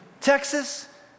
Texas